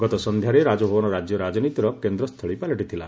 ଗତ ସନ୍ଧ୍ୟାରେ ରାଜଭବନ ରାଜ୍ୟ ରାଜନୀତିର କେନ୍ଦ୍ରସ୍ଥଳୀ ପାଲଟିଥିଲା